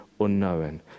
unknown